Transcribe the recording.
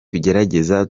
tugerageza